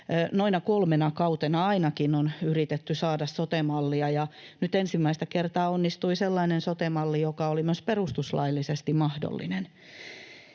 noina kolmena kautena on yritetty saada sote-mallia, ja nyt ensimmäistä kertaa onnistui sellainen sote-malli, joka oli myös perustuslaillisesti mahdollinen.